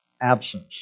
absence